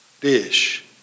dish